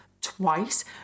twice